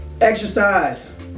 exercise